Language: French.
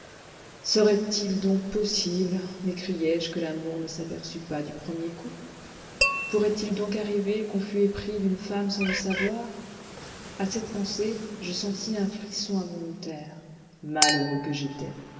serait-il donc possible m'écriai-je que l'amour ne s'aperçût pas du premier coup pourrait-il donc arriver qu'on fût épris d'une femme sans le savoir à cette pensée je sentis un frisson involontaire malheureux que j'étais